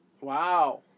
Wow